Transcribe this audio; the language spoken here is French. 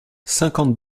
cinquante